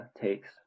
takes